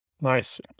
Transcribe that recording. Nice